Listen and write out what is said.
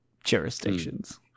jurisdictions